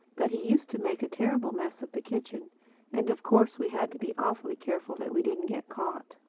but he used to make a terrible mess of the kitchen and of course we had to be awfully careful that we didn't get caught.